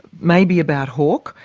maybe about hawke.